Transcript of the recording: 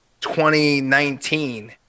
2019